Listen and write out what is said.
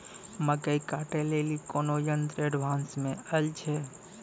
मकई कांटे ले ली कोनो यंत्र एडवांस मे अल छ?